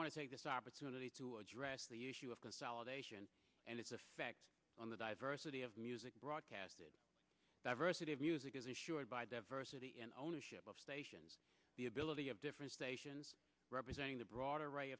want to take this opportunity to address the issue of consolidation and its effect on the diversity of music broadcasted diversity of music is ensured by devore city and ownership of stations the ability of different stations representing the broad array